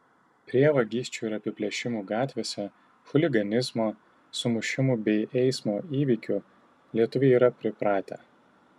prie vagysčių ir apiplėšimų gatvėse chuliganizmo sumušimų bei eismo įvykių lietuviai yra pripratę